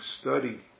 study